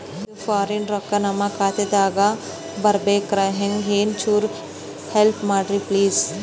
ಇದು ಫಾರಿನ ರೊಕ್ಕ ನಮ್ಮ ಖಾತಾ ದಾಗ ಬರಬೆಕ್ರ, ಹೆಂಗ ಏನು ಚುರು ಹೆಲ್ಪ ಮಾಡ್ರಿ ಪ್ಲಿಸ?